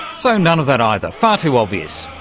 so, none of that either, far too obvious.